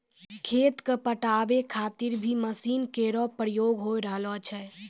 खेत क पटावै खातिर भी मसीन केरो प्रयोग होय रहलो छै